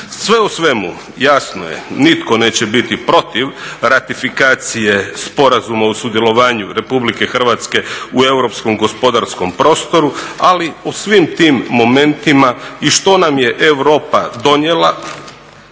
Sve u svemu, jasno je, nitko neće biti protiv ratifikacije sporazuma u sudjelovanju RH u europskom gospodarskom prostoru, ali u svim tim momentima i što nam je Europa donijela,